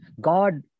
God